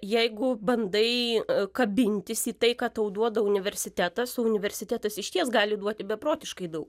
jeigu bandai kabintis į tai ką tau duoda universitetas o universitetas išties gali duoti beprotiškai daug